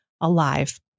alive